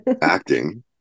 acting